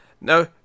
No